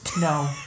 No